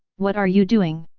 what are you doing?